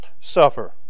suffer